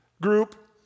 group